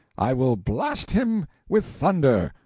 i will blast him with thunder,